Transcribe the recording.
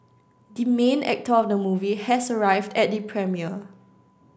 the main actor of the movie has arrived at the premiere